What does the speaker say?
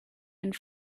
and